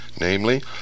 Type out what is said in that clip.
namely